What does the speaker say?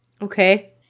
Okay